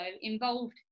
involved